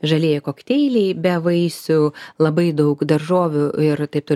žalieji kokteiliai be vaisių labai daug daržovių ir taip toliau ir taip